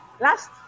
last